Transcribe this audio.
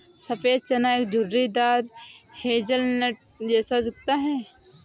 सफेद चना एक झुर्रीदार हेज़लनट जैसा दिखता है